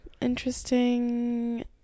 Interesting